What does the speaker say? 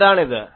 എന്താണിത്